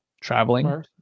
traveling